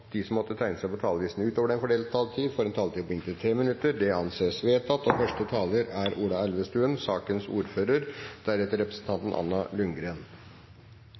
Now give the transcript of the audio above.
de som måtte tegne seg på talerlisten utover den fordelte taletid, får en taletid på inntil 3 minutter. – Det anses vedtatt. For første